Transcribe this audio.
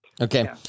Okay